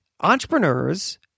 entrepreneurs